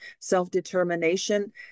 self-determination